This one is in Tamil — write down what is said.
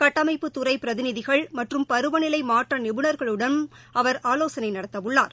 கட்டமைப்பு துறை பிரதிநிதிகள் மற்றும் பருவநிலை மாற்ற நிபுணர்களுடனும் அவர் ஆலோசனை நடத்த உள்ளார்